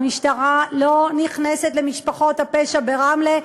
המשטרה לא נכנסת למשפחות הפשע ברמלה,